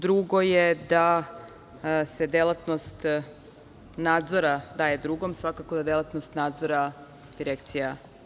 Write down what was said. Drugo je da se delatnost nadzora daje drugom, svakako je delatnost nadzora direkcije.